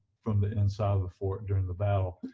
from the inside of the fort during the battle.